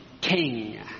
king